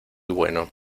bueno